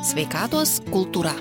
sveikatos kultūra